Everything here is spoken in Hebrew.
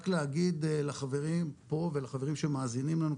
רק להגיד לחברים פה ולחברים שמאזינים לנו,